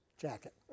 jacket